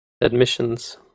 admissions